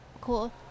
Cool